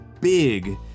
big